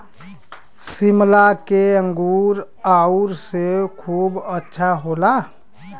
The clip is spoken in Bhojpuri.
शिमला के अंगूर आउर सेब खूब अच्छा होला